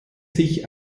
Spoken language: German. sich